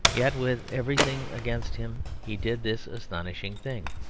yet with everything against him he did this astonishing thing.